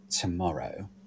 tomorrow